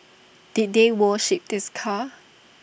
did they worship this car